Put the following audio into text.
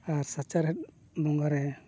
ᱟᱨ ᱥᱟᱪᱟᱨᱦᱮᱫ ᱵᱚᱸᱜᱟ ᱨᱮ